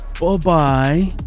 bye-bye